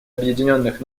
объединенных